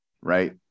right